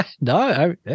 No